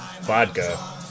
Vodka